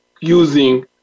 using